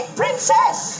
princess